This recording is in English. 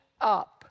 up